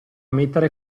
mettere